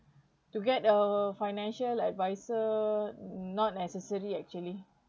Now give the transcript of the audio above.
to get a financial advisor not necessary actually